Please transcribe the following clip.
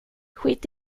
skit